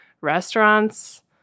restaurants